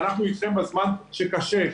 אנחנו איתכם בזמן שקשה.